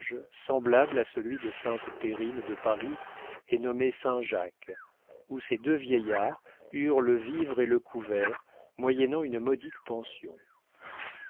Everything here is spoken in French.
semblable à celui de sainte périne de paris et nommé saint-jacques où ces deux vieillards eurent le vivre et le couvert moyennant une modique pension